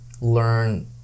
learn